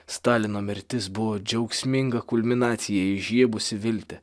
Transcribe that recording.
stalino mirtis buvo džiaugsminga kulminacijai įžiebusi viltį